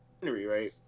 right